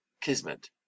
Kismet